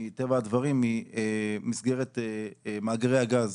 מטבע הדברים, ממסגרת מאגרי הגז,